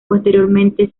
posteriormente